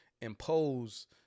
impose